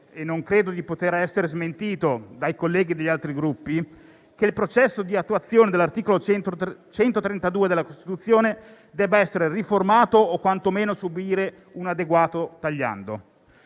e non credo di poter essere smentito dai colleghi degli altri Gruppi - che il processo di attuazione dell'articolo 132 della Costituzione debba essere riformato o quantomeno subire un adeguato tagliando.